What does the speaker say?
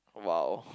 !wow!